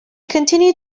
continued